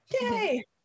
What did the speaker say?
yay